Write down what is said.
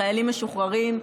לחיילים משוחררים.